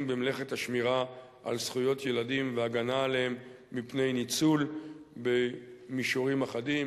במלאכת השמירה על זכויות ילדים והגנה עליהם מפני ניצול במישורים אחדים,